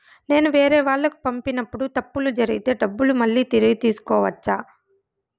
నేను వేరేవాళ్లకు పంపినప్పుడు తప్పులు జరిగితే డబ్బులు మళ్ళీ తిరిగి తీసుకోవచ్చా?